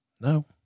No